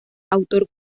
autor